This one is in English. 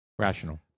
Rational